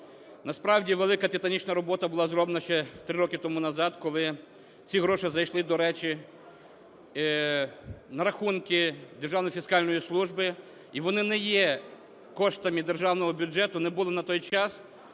Насправді велика титанічна робота була зроблена ще 3 роки тому назад, коли ці гроші зайшли, до речі, на рахунки Державної фіскальної служби, і вони не є коштами державного бюджету, не були на той час,